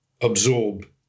absorb